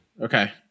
Okay